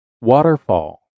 waterfall